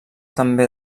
també